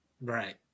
Right